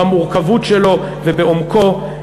במורכבות שלו ובעומקו.